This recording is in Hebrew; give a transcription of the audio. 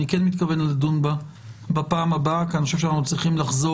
אני כן מתכוון לדון בה בפעם הבאה כי אני חושב שאנחנו צריכים לחזור